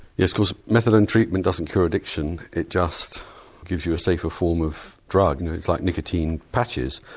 yes because methadone treatment doesn't cure addiction, it just gives you a safer form of drug. it's like nicotine patches,